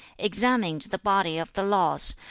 examined the body of the laws,